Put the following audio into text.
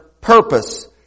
purpose